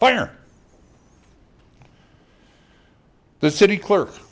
fire the city clerk